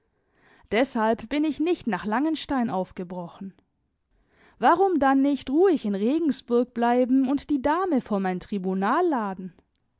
deshalb bin ich nicht nach langenstein aufgebrochen warum dann nicht ruhig in regensburg bleiben und die dame vor mein tribunal laden